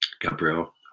Gabriel